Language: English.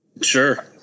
sure